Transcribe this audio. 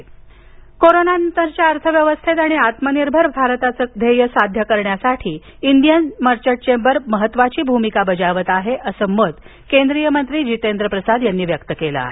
जितेंद्रसिंह कोरोनानंतरच्या अर्थव्यवस्थेत आणि आत्मनिर्भर भारताचं ध्येय साध्य करण्यात इंडियन मर्चट चेंबरची महत्वाची भूमिका असेल असं मत केंद्रीय मंत्री जितेंद्र प्रसाद यांनी व्यक्त केलं आहे